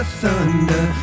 thunder